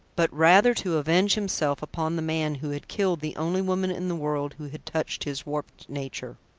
but rather to avenge himself upon the man who had killed the only woman in in the world who had touched his warped nature.